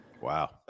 wow